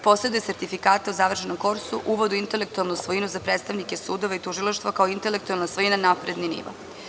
Poseduje sertifikate o završenom kursu uvoda u intelektualnu svojinu za predstavnike sudova i tužilaštava, kao intelektualna svojina napredni nivo.